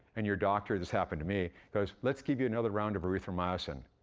and your doctor this happened to me goes, let's give you another round of erythromycin.